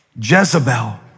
Jezebel